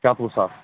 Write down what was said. شَتوُہ ساس